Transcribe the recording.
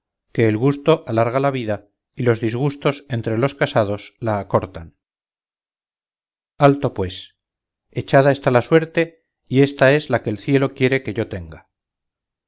que el gusto alarga la vida y los disgustos entre los casados la acortan alto pues echada está la suerte y ésta es la que el cielo quiere que yo tenga